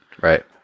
Right